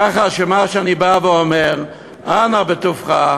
ככה שמה שאני בא ואומר: אנא בטובך,